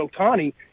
Otani